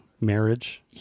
marriage